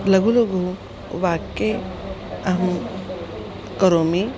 लघु लघु वाक्यानि अहं करोमि